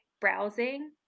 browsing